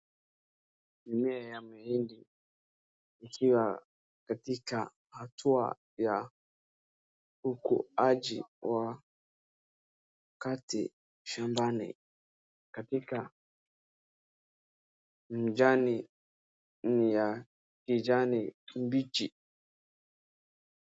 Mimea ya mahindi ikiwa katika hatua ya ukuaji wakati shambani katika majani ni ya kijani mbichi.